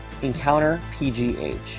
EncounterPGH